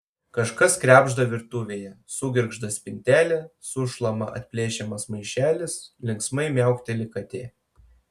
kažkas krebžda virtuvėje sugirgžda spintelė sušlama atplėšiamas maišelis linksmai miaukteli katė